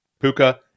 Puka